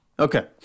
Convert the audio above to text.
Okay